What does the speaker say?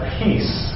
peace